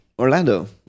Orlando